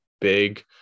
big –